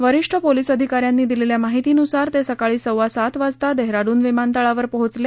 वरिष्ठ पोलिस अधिकाऱ्यांनी दिलेल्या माहितीनुसार ते सकाळी सव्वासात वाजता डेहराडून विमानतळावर पोहचले